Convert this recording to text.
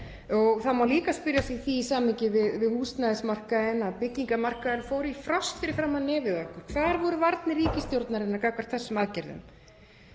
Það má líka spyrja sig í samhengi við húsnæðismarkaðinn að byggingamarkaðurinn fór í frost fyrir framan nefið á okkur. Hvar voru varnir ríkisstjórnarinnar gagnvart þessum aðgerðum?